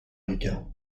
rica